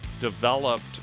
developed